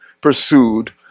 pursued